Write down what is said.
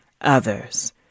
others